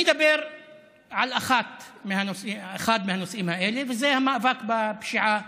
אני אדבר על אחד מהנושאים האלה וזה המאבק בפשיעה